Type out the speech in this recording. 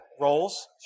roles